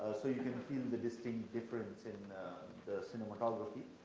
so you can feel the distinct difference in the cinematography.